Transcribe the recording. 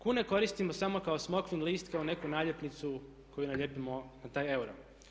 Kune koristimo samo kao smokvin list, kao neku naljepnicu koju nalijepimo na taj euro.